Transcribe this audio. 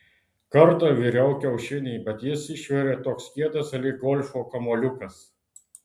kartą viriau kiaušinį bet jis išvirė toks kietas lyg golfo kamuoliukas